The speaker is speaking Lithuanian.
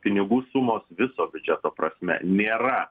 pinigų sumos viso biudžeto prasme nėra